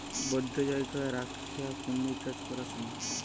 বধ্য জায়গায় রাখ্যে কুমির চাষ ক্যরার স্যময়